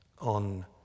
on